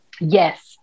Yes